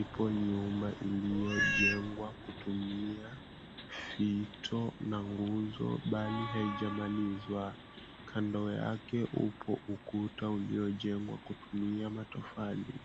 ipo nyumba iliyojengwa kutumia fito na nguzo bali haijamalizwa. Kando yake upo ukuta uliojengwa kutumia matofali.